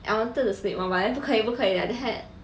I wanted to sleep more but then 不可以不可以